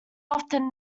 often